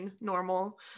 normal